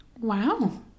Wow